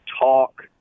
talk